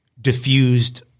diffused